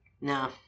No